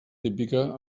típica